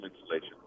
insulation